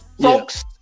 Folks